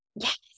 Yes